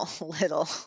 Little